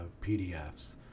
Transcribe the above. PDFs